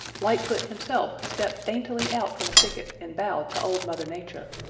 lightfoot himself stepped daintily out from a thicket and bowed to old mother nature.